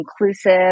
inclusive